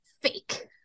fake